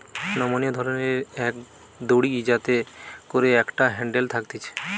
নমনীয় ধরণের এক দড়ি যাতে করে একটা হ্যান্ডেল থাকতিছে